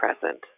present